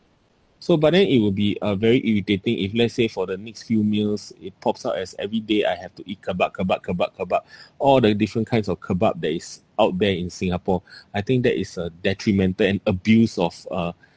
so but then it will be uh very irritating if let's say for the next few meals it pops up as every day I have to eat kebab kebab kebab kebab all the different kinds of kebab that is out there in singapore I think that is a detrimental and abuse of uh